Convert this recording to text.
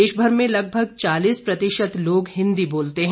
देशभर में लगभग चालीस प्रतिशत लोग हिंदी बोलते हैं